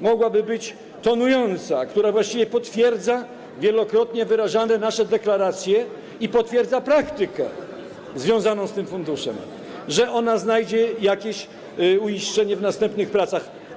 mogłaby być tonująca, która właściwie potwierdza wielokrotnie wyrażane nasze deklaracje i potwierdza praktykę związaną z tym funduszem, znajdzie jakieś ziszczenie w następnych pracach.